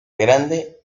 grande